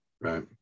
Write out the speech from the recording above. Right